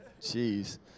Jeez